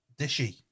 dishy